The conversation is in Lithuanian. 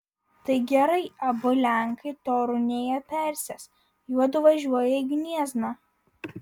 tai gerai abu lenkai torunėje persės juodu važiuoja į gniezną